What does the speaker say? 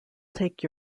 take